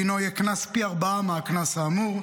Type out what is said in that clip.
דינו יהיה קנס פי-ארבעה מהקנס האמור.